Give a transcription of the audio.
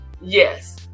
Yes